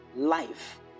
Life